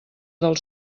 del